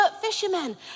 fishermen